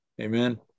Amen